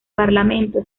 parlamento